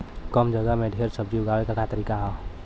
कम जगह में ढेर सब्जी उगावे क का तरीका ह?